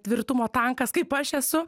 tvirtumo tankas kaip aš esu